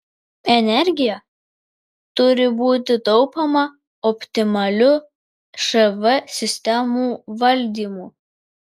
energija turi būti taupoma optimaliu šv sistemų valdymu